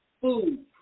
food